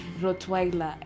Rottweiler